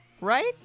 Right